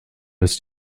ist